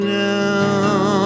now